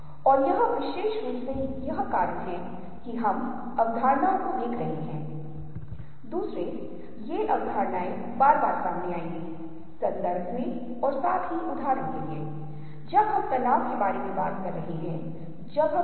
तो क्या हो रहा है जिस क्षण ये चीजें होती हैं देखने का अनुभव अलग अलग तरीकों से संसाधित होता है या कोई कहता है कि मुझे एक विशेष प्रकार का ग्लास दिखाई देता है जो कि अन्य प्रकार के ग्लास से अलग है जो अब तक देखा है और कोई कहता है कि पानी साफ है